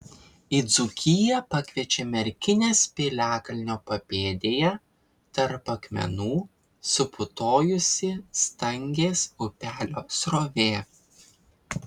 į dzūkiją pakviečia merkinės piliakalnio papėdėje tarp akmenų suputojusi stangės upelio srovė